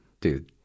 Dude